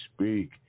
speak